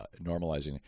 normalizing